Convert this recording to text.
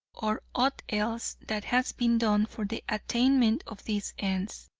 or aught else, that has been done for the attainment of these ends.